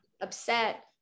upset